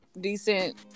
decent